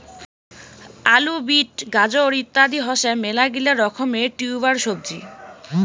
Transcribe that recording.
আলু, বিট, গাজর ইত্যাদি হসে মেলাগিলা রকমের টিউবার সবজি